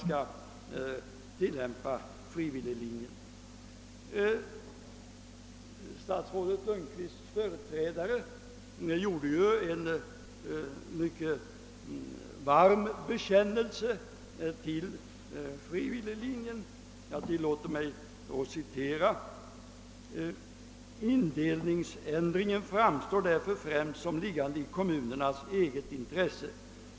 Statsrådet Lundkvists företrädare gjorde en mycket varm bekännelse till frivilliglinjen. Jag tillåter mig att citera honom: »Indelningsändringen framstår därför främst som liggande i kommunernas eget intresse.